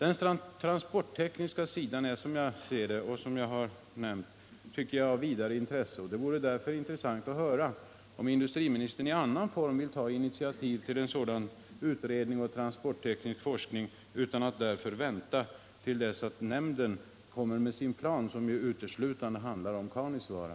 Enligt min mening är som sagt den transporttekniska sidan av denna fråga av ett vidare intresse, och det vore därför intressant att höra om industriministern i annan form vill ta initiativ till en sådan utredning och transportteknisk forskning som här har begärts utan att vänta till dess att nämnden kommer med sin plan, som ju uteslutande handlar om Kaunisvaara.